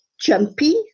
jumpy